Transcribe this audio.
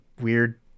weird